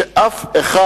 אף אחד